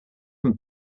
from